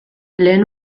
lehen